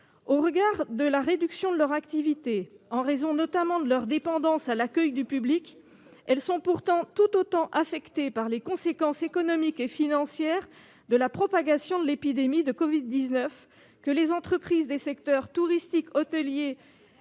Au regard de la réduction de leur activité, liée notamment à leur dépendance à l'accueil du public, elles sont pourtant tout autant affectées par les conséquences économiques et financières de la propagation de l'épidémie de covid-19 que les entreprises des secteurs touristiques, hôteliers,